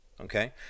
okay